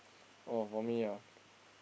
oh for me ah